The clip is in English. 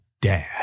dad